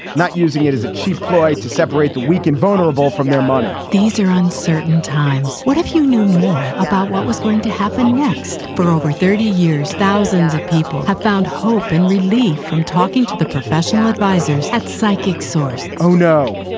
not using it as a cheap ploy to separate the weak and vulnerable from their money these are uncertain times. what if you knew more about what was going to happen next? for over thirty years, thousands of people have found hope and relief from talking to the professional advisers. that psychic sauce? oh, no,